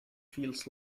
feels